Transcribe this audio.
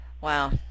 Wow